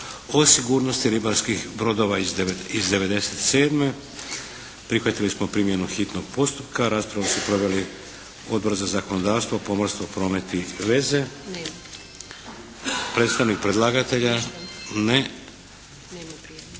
i drugo čitanje, P.Z. br. 757 Prihvatili smo primjenu hitnog postupka. Raspravu su proveli Odbor za zakonodavstvo, pomorstvo, promet i veze. Predstavnik predlagatelja? Ne.